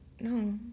No